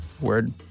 Word